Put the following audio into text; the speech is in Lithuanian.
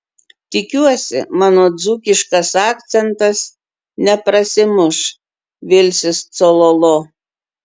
tikiuosi mano dzūkiškas akcentas neprasimuš vilsis cololo